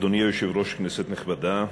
אדוני היושב-ראש, כנסת נכבדה,